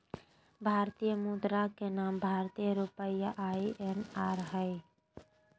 भारतीय मुद्रा के नाम भारतीय रुपया आई.एन.आर हइ